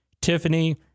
Tiffany